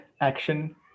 action